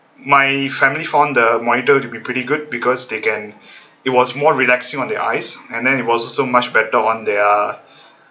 my family found the monitor to be pretty good because they can it was more relaxing on the eyes and then it was so much better on their